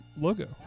logo